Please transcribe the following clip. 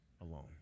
alone